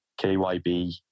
KYB